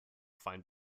find